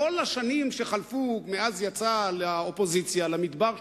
בכל השנים שחלפו מאז יצא למדבר של